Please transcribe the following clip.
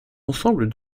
ensemble